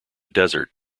desert